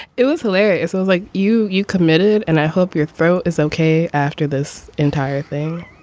it was hilarious. it was like you. you committed and i hope your throat is okay after this entire thing